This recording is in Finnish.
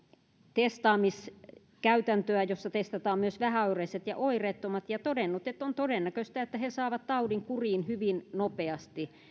testaamiskäytäntöä jossa testataan myös vähäoireiset ja oireettomat ja todennut että on todennäköistä että he saavat taudin kuriin hyvin nopeasti